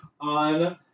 on